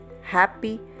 happy